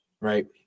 right